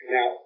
Now